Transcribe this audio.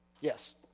yes